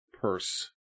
purse